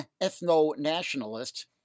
ethno-nationalists